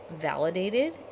validated